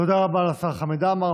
תודה רבה לשר חמד עמאר.